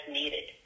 needed